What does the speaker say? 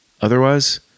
Otherwise